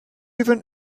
even